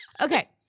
Okay